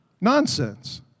Nonsense